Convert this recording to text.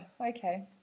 okay